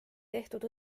tehtud